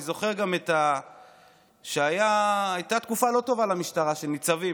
אני זוכר שהייתה תקופה לא טובה של המשטרה בכל הקשור בניצבים,